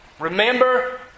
Remember